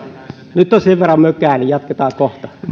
nyt on sen verran mökää niin jatketaan kohta